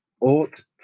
ought